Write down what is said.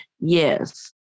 Yes